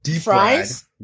fries